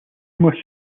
more